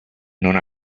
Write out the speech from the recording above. non